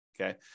Okay